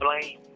blame